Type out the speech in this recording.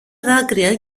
δάκρυα